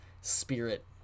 spirit